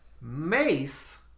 Mace